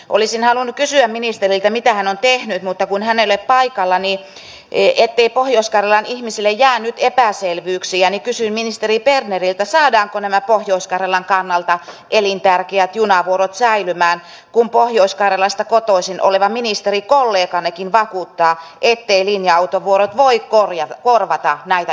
olisin halunnut kysyä ministeriltä mitä hän on tehnyt mutta kun hän ei ole paikalla niin ettei pohjois karjalan ihmisille jää nyt epäselvyyksiä niin kysyn ministeri berneriltä saadaanko nämä pohjois karjalan kannalta elintärkeät junavuorot säilymään kun pohjois karjalasta kotoisin oleva ministerikollegannekin vakuuttaa etteivät linja autovuorot voi korvata näitä junavuoroja